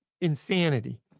Insanity